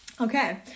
Okay